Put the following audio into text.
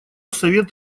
совет